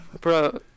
Bro